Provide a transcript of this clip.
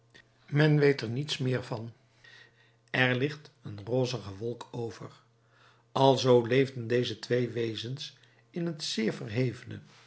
men weet er niets meer van er ligt een rozige wolk over alzoo leefden deze twee wezens in het zeer verhevene